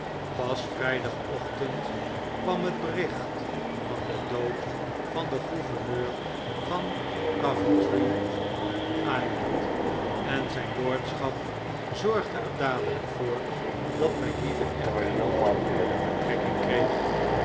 pas vrijdagochtend kwam het bericht van den dood van den gouverneur van coventry island en zijn lordschap zorgde er dadelijk voor dat mijn lieve echtgenoot de betrekking kreeg